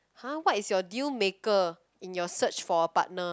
!huh! what is your deal maker in your search for a partner